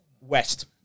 West